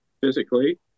physically